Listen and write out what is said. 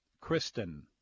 Kristen